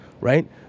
Right